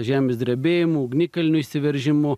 žemės drebėjimų ugnikalnių išsiveržimų